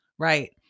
Right